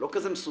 לא כזה מסובך.